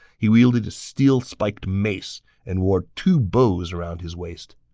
he wielded a steel-spiked mace and wore two bows around his waist.